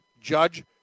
Judge